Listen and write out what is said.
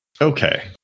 Okay